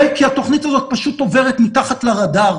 וכי התוכנית הזאת פשוט עוברת מתחת לרדאר.